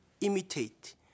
imitate